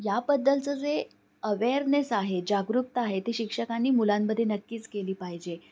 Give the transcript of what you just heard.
याबद्दलचं जे अवेअरनेस आहे जागरूकता आहे ते शिक्षकांनी मुलांमध्ये नक्कीच केली पाहिजे